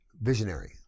visionary